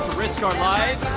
risk our life